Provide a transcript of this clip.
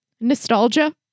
nostalgia